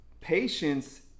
patience